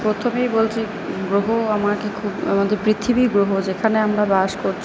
প্রথমেই বলছি গ্রহ আমাকে খুব আমাদের পৃথিবী গ্রহ যেখানে আমরা বাস করছি